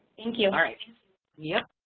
thank you. alright, yep.